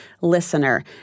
listener